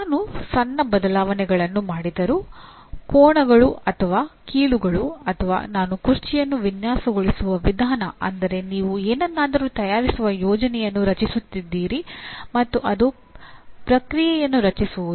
ನಾನು ಸಣ್ಣ ಬದಲಾವಣೆಗಳನ್ನು ಮಾಡಿದರೂ ಕೋನಗಳು ಅಥವಾ ಕೀಲುಗಳು ಅಥವಾ ನಾನು ಕುರ್ಚಿಯನ್ನು ವಿನ್ಯಾಸಗೊಳಿಸುವ ವಿಧಾನ ಅಂದರೆ ನೀವು ಏನನ್ನಾದರೂ ತಯಾರಿಸುವ ಯೋಜನೆಯನ್ನು ರಚಿಸುತ್ತಿದ್ದೀರಿ ಮತ್ತು ಅದು ಪ್ರಕ್ರಿಯೆಯನ್ನು ರಚಿಸುವುದು